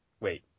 wait